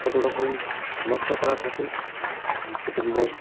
কত রকম নকশা করা থাকে ওদের মস